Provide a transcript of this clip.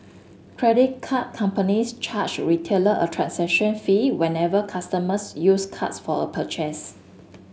credit card companies charge retailer a transaction fee whenever customers use cards for a purchase